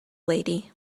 lady